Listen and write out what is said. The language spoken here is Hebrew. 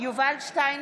יובל שטייניץ,